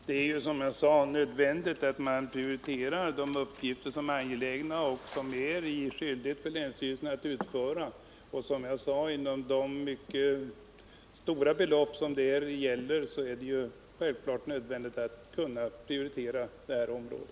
Herr talman! Det är som jag sade nödvändigt att man prioriterar de uppgifter som är angelägna och som det är en skyldighet för länsstyrelsen att utföra. Med de mycket stora belopp som det här gäller är det självfallet nödvändigt att kunna prioritera detta område.